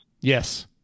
Yes